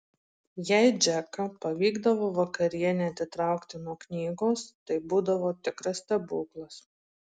jei džeką pavykdavo vakarienei atitraukti nuo knygos tai būdavo tikras stebuklas